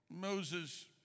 Moses